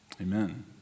amen